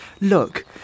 Look